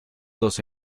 dos